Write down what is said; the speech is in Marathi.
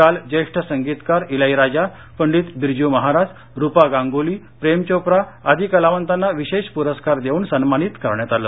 काल ज्येष्ठ संगीतकार इलाईराजा पंडित बिरजू महाराज रूपा गांगुली प्रेमचोप्रा आदी कलावंतांना विशेष पुरस्कार देऊन सन्मानित करण्यात आलं